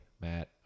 Matt